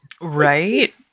Right